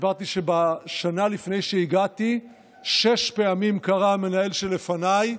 סיפרתי שבשנה לפני שהגעתי קרא המנהל שלפניי